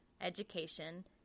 education